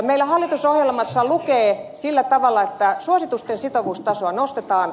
meillä hallitusohjelmassa lukee sillä tavalla että suositusten sitovuustasoa nostetaan